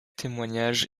témoignage